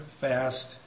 fast